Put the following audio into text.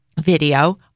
video